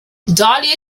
dahlia